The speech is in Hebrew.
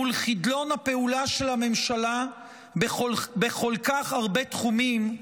מול חדלון הפעולה של הממשלה בכל כך הרבה תחומים,